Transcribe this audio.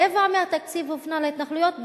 רבע מהתקציב הופנה להתנחלויות,